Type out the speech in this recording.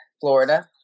Florida